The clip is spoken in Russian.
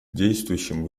действующим